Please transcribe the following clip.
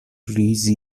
ریزی